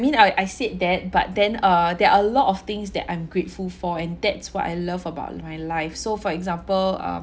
mean I I said that but then uh there are a lot of things that I am grateful for and that's what I love about my life so for example um